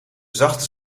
zachte